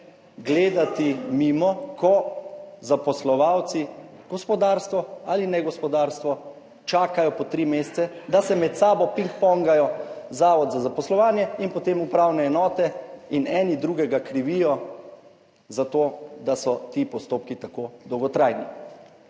gledati mimo, ko zaposlovalci, gospodarstvo ali negospodarstvo čakajo po tri mesece, da se med sabo pingpongajo Zavod za zaposlovanje in potem upravne enote in eni drugega krivijo za to, da so ti postopki tako dolgotrajni.